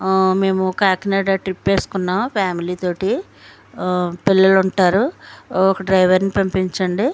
మేము కాకినాడ ట్రిప్ వేసుకున్నాం ఫ్యామిలీతో పిల్లలు ఉంటారు ఒక డ్రైవర్ని పంపించండి